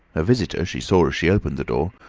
visitor, she saw as she opened the door,